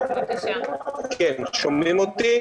שומעים אותי?